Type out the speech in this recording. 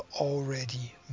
already